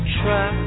try